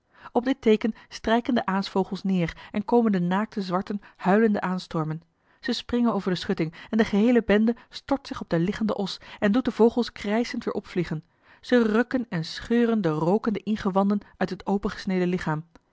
op dit teeken strijken de aasvogels neer en komen de naakte zwarten huilende aanstormen ze springen over de schutting en de geheele bende stort zich op den liggenden os en doet de vogels krijschend weer opvliegen ze rukken en scheuren de rookende ingewanden uit het opengesneden lichaam